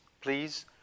please